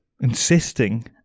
insisting